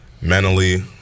mentally –